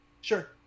sure